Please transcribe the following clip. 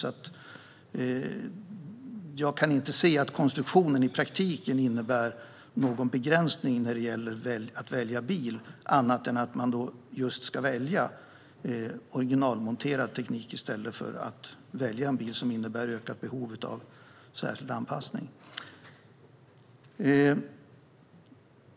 Jag kan därför inte se att konstruktionen i praktiken innebär någon begränsning när det gäller att välja bil, annat än att man ska välja just originalmonterad teknik i stället för att välja en bil som innebär ett ökat behov av särskild anpassning.